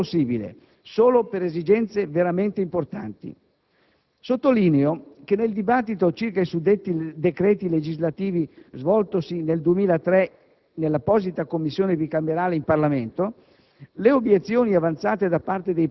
Vi si deve quindi ricorrere il meno possibile, solo per esigenze veramente importanti. Sottolineo che nel dibattito circa i suddetti decreti legislativi svoltosi nel 2003 nell'apposita Commissione bicamerale in Parlamento